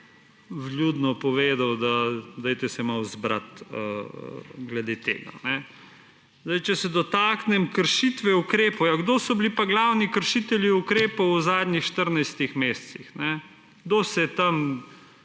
vljudno povedal, da se malo zberite, glede tega. Če se dotaknem kršitve ukrepov. Ja kdo so bili pa glavni kršitelji ukrepov v zadnjih 14 mesecih? Kdo se je tam